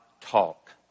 talk